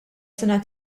sena